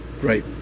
great